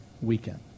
weekend